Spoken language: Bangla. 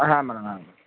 হ্যাঁ ম্যাম হ্যাঁ ম্যাম